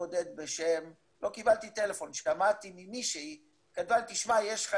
מתכבד לפתוח את ישיבת הוועדה.